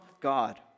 God